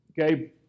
okay